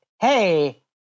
hey